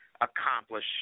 accomplish